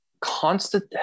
constant